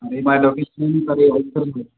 अरे माझं लोकेशन